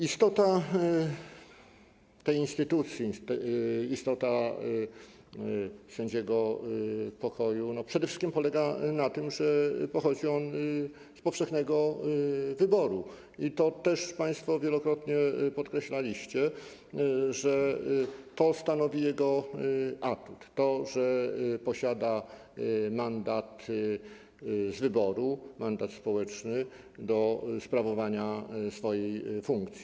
Istota tej instytucji, istota sędziego pokoju przede wszystkim polega na tym, że pochodzi on z powszechnego wyboru - i to też państwo wielokrotnie podkreślaliście, że to stanowi jego atut, to, że posiada mandat z wyboru, mandat społeczny do sprawowania swojej funkcji.